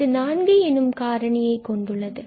அது நான்கு எனும் காரணியை கொண்டுள்ளது